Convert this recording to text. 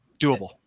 doable